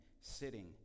sitting